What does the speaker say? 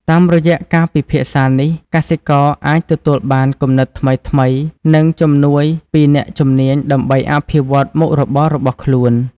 តាមរយៈការពិភាក្សានេះ កសិករអាចទទួលបានគំនិតថ្មីៗ និងជំនួយពីអ្នកជំនាញដើម្បីអភិវឌ្ឍមុខរបររបស់ខ្លួន។